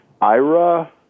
ira